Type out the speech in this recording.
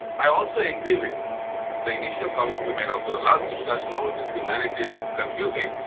i also agree with the initial comment you made on the last discussion, although this humanity is confusing,